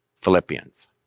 Philippians